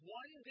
one